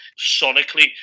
sonically